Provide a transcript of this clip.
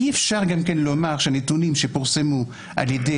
אי אפשר לומר שהנתונים שפורסמו על ידי